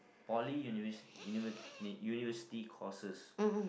poly univers~ universi~ university courses